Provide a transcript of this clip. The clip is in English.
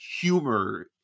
humor